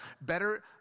Better